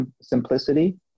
simplicity